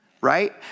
Right